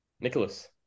Nicholas